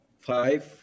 five